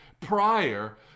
prior